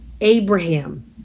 Abraham